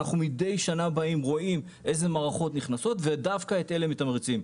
מדי שנה אנחנו באים ורואים איזה מערכות נכנסות ודווקא את אלה מתמרצים.